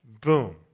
Boom